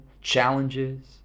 challenges